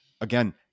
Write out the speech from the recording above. again